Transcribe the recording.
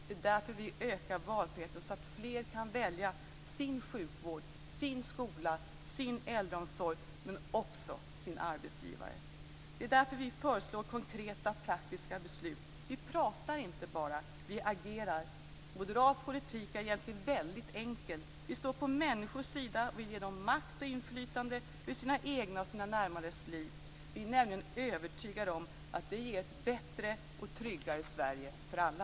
Det är därför vi ökar valfriheten, så att fler kan välja sin sjukvård, sin skola och sin äldre omsorg, men också sin arbetsgivare. Det är därför vi föreslår konkreta praktiska beslut. Vi pratar inte bara - vi agerar. Moderat politik är egentligen väldigt enkel. Vi står på människors sida och vill ge dem makt och inflytande över sina egna och sina närmastes liv. Vi är nämligen övertygade om att det ger ett bättre och tryggare Sverige för alla.